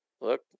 Look